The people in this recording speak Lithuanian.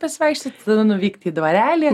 pasivaikščiot nuvykt į dvarelį